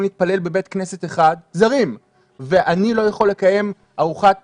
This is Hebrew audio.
להתפלל בבית כנסת אחד ואילו אני לא יכול לקיים ארוחת